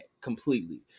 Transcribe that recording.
completely